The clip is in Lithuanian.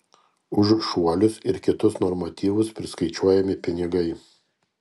už šuolius ir kitus normatyvus priskaičiuojami pinigai